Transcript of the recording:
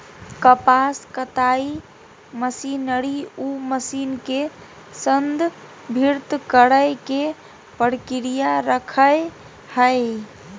कपास कताई मशीनरी उ मशीन के संदर्भित करेय के प्रक्रिया रखैय हइ